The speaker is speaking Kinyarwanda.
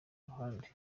ruhande